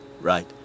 right